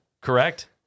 Correct